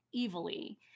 evilly